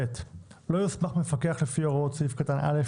לא יוסמך מפקח לפי הוראות סעיף קטן (א),